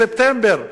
בספטמבר.